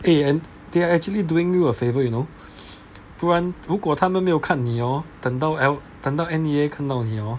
eh and they are actually doing you a favour you know 不然如果他们没有看你 oh 等到等到 N_E_A 看到你哦